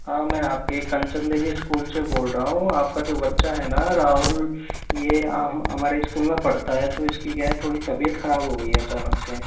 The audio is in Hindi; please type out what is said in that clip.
हाँ मैं आपके कंचन देवी स्कूल से बोल रहा हूँ आपका जो बच्चा हैं ना राहुल ये हम हमारे स्कूल में पढ़ता है तो इसकी क्या है थोड़ी तबियत खराब हो गयी अचानक से